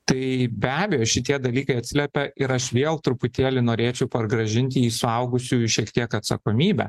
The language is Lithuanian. tai be abejo šitie dalykai atsiliepia ir aš vėl truputėlį norėčiau pargrąžint į suaugusiųjų šiek tiek atsakomybę